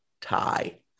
tie